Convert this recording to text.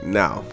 now